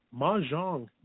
mahjong